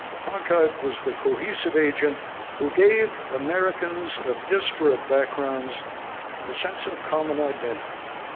cronkite was the cohesive agent who gave americans of disparate backgrounds a sense of common identity.